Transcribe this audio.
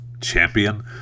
champion